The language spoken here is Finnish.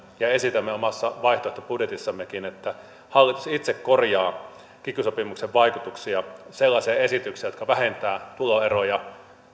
ja esitämme omassa vaihtoehtobudjetissammekin että hallitus itse korjaa kiky sopimuksen vaikutuksia sellaisilla esityksillä jotka vähentävät tuloeroja